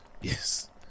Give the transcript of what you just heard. Yes